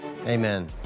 Amen